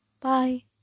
Bye